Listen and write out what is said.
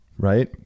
Right